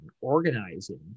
organizing